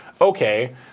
okay